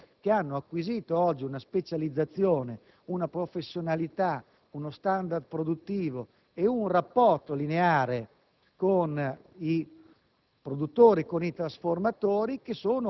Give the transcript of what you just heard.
intere famiglie che hanno acquisito oggi una specializzazione, una professionalità, uno *standard* produttivo e un rapporto lineare con i